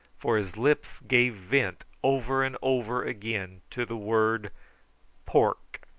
for his lips gave vent over and over again to the word pork!